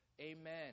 Amen